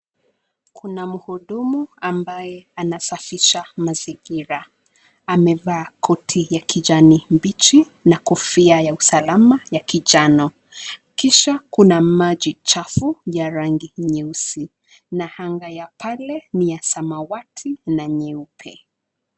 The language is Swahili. Kuna mhudumu ambaye anasafisha mazingira. Amevaa koti ya kijani kibichi na kofia ya usalama ya manjano. Kisha kuna maji machafu ya rangi nyeusi na anga pale ni ya rangi ya samawati na nyeupe.